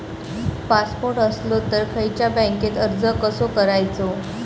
Passport असलो तर खयच्या बँकेत अर्ज कसो करायचो?